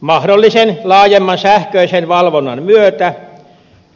mahdollisen laajemman sähköisen valvonnan myötä